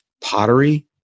pottery